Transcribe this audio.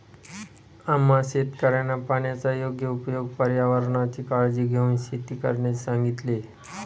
आम्हा शेतकऱ्यांना पाण्याचा योग्य उपयोग, पर्यावरणाची काळजी घेऊन शेती करण्याचे सांगितले